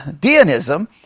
Deism